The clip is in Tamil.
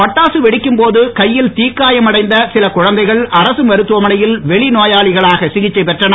பட்டாசு வெடிக்கும் போது கையில் தி காயம் அடைந்த சில குழந்தைகள் அரசு மருத்துவமனையில் வெளிநோயாளிகளாக சிகிச்சை பெற்றனர்